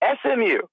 SMU